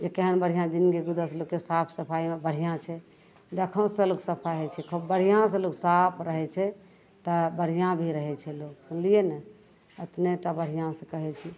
जे केहन बढ़िआँ जिनगी गुजसलकै साफ सफाइमे बढ़िआँ छै देखहुँसे लोक सफा होइ छै खूब बढ़िआँसे लोक साफ रहै छै तऽ बढ़िआँ भी रहै छै लोक सुनलिए ने एतनहिटा बढ़िआँसे कहै छी